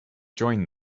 join